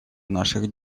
наших